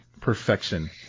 perfection